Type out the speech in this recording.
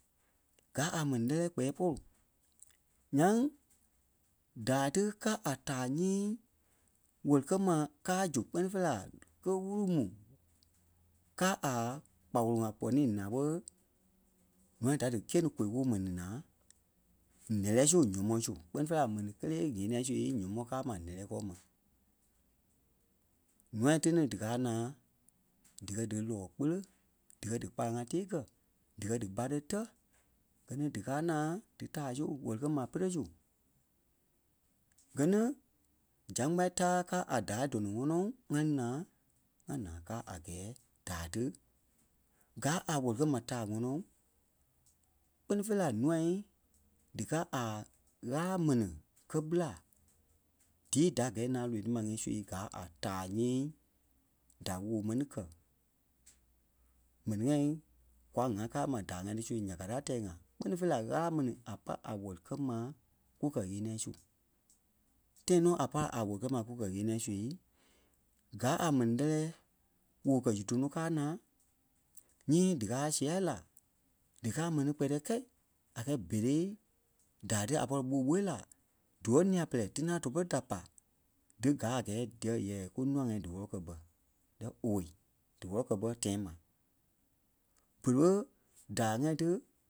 gaa a mɛni lɛ́lɛɛ kpɛɛ pôlu. Ńyaŋ daa ti ka a taa nyii wɛli-kɛ́-maa káa zu kpɛ́ni fêi la ke wuru mu kaa a kpakolo ŋai pɔnii naa ɓé nua da dí gîe-ni kôi woo mɛni naa lɛlɛ su nyɔmɔɔ su kpɛ́ni fêi la mɛni kélee ŋeniɛi su nyɔmɔɔ kaa ma lɛlɛ kɔɔ ma. Ǹûai ti ni díkaa naa dikɛ di lɔɔ kpele, díkɛ dí kpalaŋ- ŋai tii kɛ̀, dikɛ dí ɓáre tɛ, gɛ ni díkaa naa di taa su wɛli-kɛ́-maa pere su. Gɛ ni zɛ-kpaaŋ taa káa a daa dɔnɔ ŋɔnɔ ŋa lí naa ŋa naa káa a gɛɛ daa ti gáa a wɛli-kɛ-maa taa ŋɔnɔ. Kpɛ́ni fêi la nuai díkaa a Ɣâla mɛni kɛ́ ɓela, díi da gɛ̂i naa lonii ma ŋí su gaa a taa nyii da woo mɛni gɛ̀. Ḿɛnii ŋai kwa ŋaa kaa ma daa ŋai nya ka ti a tɛɛ-ŋa kpɛ́ni fêi la Ɣâla mɛni a pa a wɛli-kɛ́-maa ku kɛ-ɣeniɛi su. Tãi nɔ a pa a wɛli kɛ maa ku kɛ-ɣeniɛ sui, gáa a mɛni lɛ́lɛɛ wòo kɛ̀ zu tɔnɔ káa naa nyii díkaa sia la dikaa mɛni kpɛtɛ kɛ̂i a gɛɛ berei daa dí a pɔri ɓûu ɓó la díwɔ̂ nîa-pɛlɛɛ tina tua-pere da pa dí káa a gɛɛ díyɛɛ yeah kunûa-ŋai díwɔlɔ kɛ́ bɛ díyɛɛ owei díwɔlɔ kɛ́ bɛ tiayaŋ ma. Bere bé daa ŋai ti